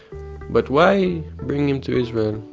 but why bring him to israel?